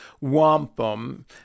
wampum